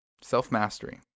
Self-mastery